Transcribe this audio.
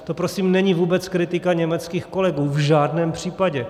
To prosím není vůbec kritika německých kolegů, v žádném případě.